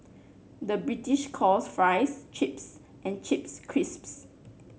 the British calls fries chips and chips crisps